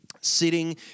Sitting